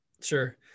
Sure